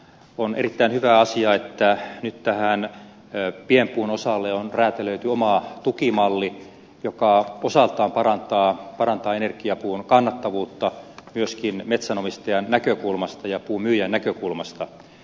on erittäin hyvä asia että nyt tähän pienpuun osalle on räätälöity oma tukimalli joka osaltaan parantaa energiapuun kannattavuutta myöskin metsänomistajan näkökulmasta ja puun myyjän näkökulmasta